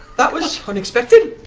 that was unexpected.